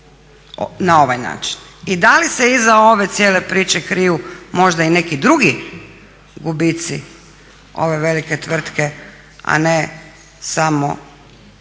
na ovaj način. I da li se iza ove cijele priče kriju možda i neki drugi gubici ove velike tvrtke, a ne samo